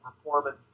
performance